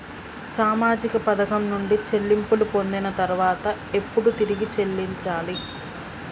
సామాజిక పథకం నుండి చెల్లింపులు పొందిన తర్వాత ఎప్పుడు తిరిగి చెల్లించాలి?